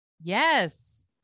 Yes